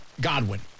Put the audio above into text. Godwin